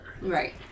Right